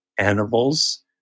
Animals